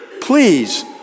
please